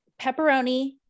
pepperoni